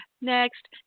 Next